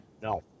No